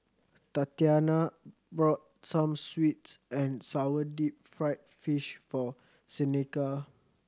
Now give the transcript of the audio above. Tatyana bought some sweet and sour deep fried fish for Seneca